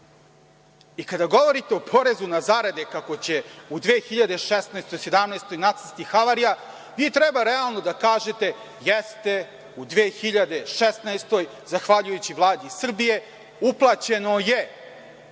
govorite o porezu na zarade kako će u 2016, 2017. godini nastati havarija, vi treba realno da kažete – jeste, u 2016. zahvaljujući Vladi Srbije, uplaćeno je